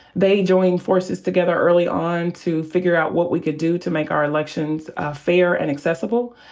they joined forces together early on to figure out what we could do to make our elections fair and accessible.